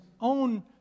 own